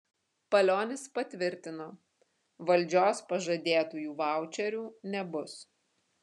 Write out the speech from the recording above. palionis patvirtino valdžios pažadėtųjų vaučerių nebus